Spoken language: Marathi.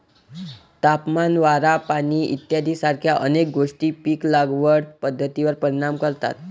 तापमान, वारा, पाणी इत्यादीसारख्या अनेक गोष्टी पीक लागवड पद्धतीवर परिणाम करतात